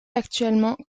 actuellement